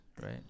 right